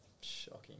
Shocking